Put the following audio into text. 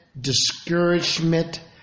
discouragement